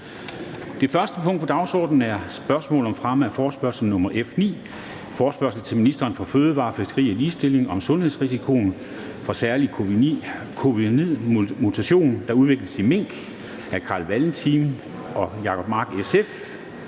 Det første punkt på dagsordenen er: 1) Spørgsmål om fremme af forespørgsel nr. F 9: Forespørgsel til ministeren for fødevarer, fiskeri og ligestilling om sundhedsrisikoen fra den særlige covid-19-mutation, der udvikles i mink. Af Carl Valentin (SF) og Jacob Mark (SF).